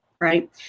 right